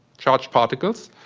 charged particles,